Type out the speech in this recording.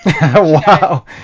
Wow